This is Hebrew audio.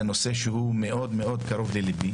זה נושא שקרוב מאוד-מאוד ללבי.